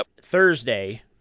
Thursday